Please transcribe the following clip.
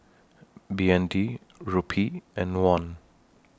B N D Rupee and Won